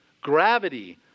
gravity